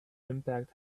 impact